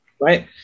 Right